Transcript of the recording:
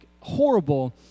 horrible